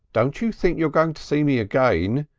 don't you think you're going to see me again,